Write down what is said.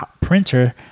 printer